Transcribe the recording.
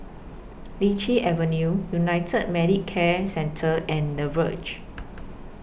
Lichi Avenue United Medicare Centre and The Verge